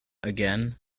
again